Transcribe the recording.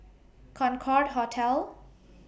Concorde Hotel